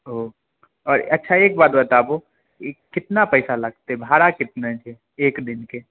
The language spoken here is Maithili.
हॅं अच्छा एक बात बताबू कितना पैसा लागतै भाड़ा कितना एक दिन के